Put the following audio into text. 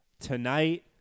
tonight